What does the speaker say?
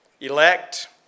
elect